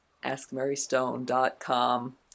askmarystone.com